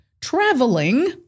Traveling